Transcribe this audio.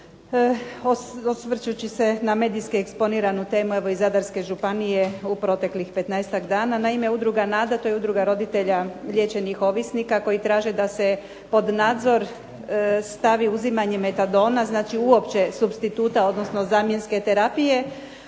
osvrćući se na medijski eksponiranu temu, evo iz Zadarske županije u proteklih 15-ak dana, naime udruga Nada, to je udruga roditelja liječenih ovisnika, koji traže da se pod nadzor stavi uzimanje metadona, znači uopće supstituta, odnosno zamjenske terapije,